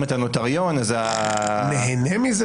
אם אתה נוטריון, אז --- נהנה מזה?